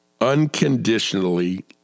unconditionally